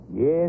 Yes